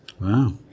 Wow